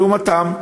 לעומתם,